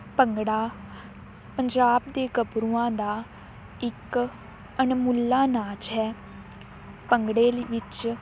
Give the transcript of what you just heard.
ਭੰਗੜਾ ਪੰਜਾਬ ਦੇ ਗੱਭਰੂਆਂ ਦਾ ਇੱਕ ਅਣਮੁੱਲਾ ਨਾਚ ਹੈ ਭੰਗੜੇ ਲ ਵਿੱਚ